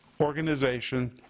organization